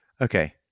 Okay